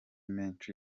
menshi